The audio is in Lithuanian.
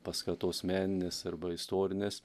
paskatos meninės arba istorinės